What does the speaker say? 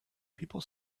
people